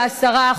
ב-10%,